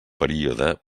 període